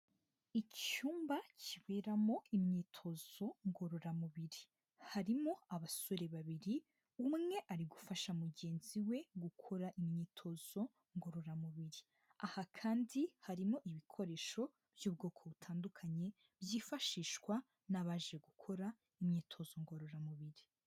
Icyumba kiberamo imyitozo ngororamubiri, harimo abasore babiri umwe ari gufasha mugenzi we gukora imyitozo ngororamubiri, aha kandi harimo ibikoresho by'ubwoko butandukanye byifashishwa n'abaje gukora imyitozo ngororamubiri.